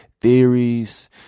theories